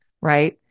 right